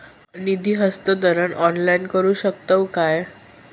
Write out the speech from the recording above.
निधी हस्तांतरण ऑनलाइन करू शकतव काय?